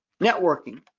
Networking